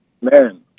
man